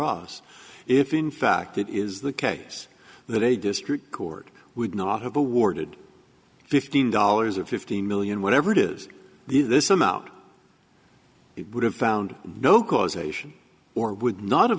us if in fact that is the case that a district court would not have awarded fifteen dollars or fifteen million whatever it is the this some out it would have found no causation or would not have